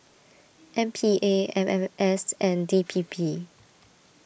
M P A M M S and D P P